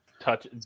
Touch